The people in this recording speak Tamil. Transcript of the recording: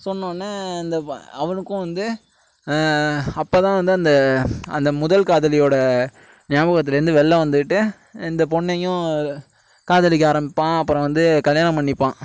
சொன்னோன்ன இந்த அவனுக்கும் வந்து அப்போதான் வந்து அந்த அந்த முதல் காதலியோட நியாபகத்திலேந்து வெளில வந்துட்டு இந்த பொண்ணையும் காதலிக்க ஆரம்பிப்பான் அப்புறம் வந்து கல்யாணம் பண்ணிப்பான்